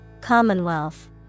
Commonwealth